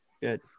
Good